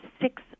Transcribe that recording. six